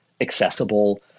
accessible